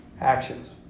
actions